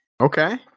Okay